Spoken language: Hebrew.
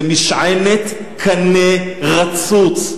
זה משענת קנה רצוץ.